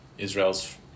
Israel's